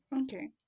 Okay